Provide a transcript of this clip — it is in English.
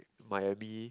Miami